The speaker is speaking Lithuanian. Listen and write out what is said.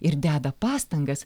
ir deda pastangas